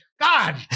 God